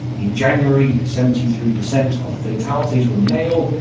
in january, seventy three percent of the fatalities were male.